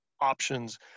options